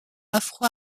afro